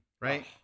right